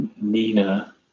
Nina